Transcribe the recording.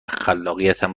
خلاقیتم